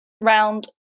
round